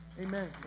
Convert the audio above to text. amen